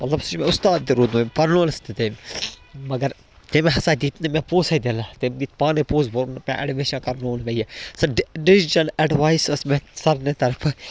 مطلب سُہ چھِ مےٚ اُستاد تہِ روٗدمُت أمۍ پرنونَس تہِ تٔمۍ مگر تٔمۍ ہَسا دِت نہٕ مےٚ پونٛسٕے دِنہٕ تٔمۍ دِت پانَے پونٛسہٕ اٮ۪ڈمِشن کرنووُن مےٚ یہِ سَہ ڈیٚسِجن اٮ۪ڈوایِس ٲس مےٚ سر نہِ طرفہٕ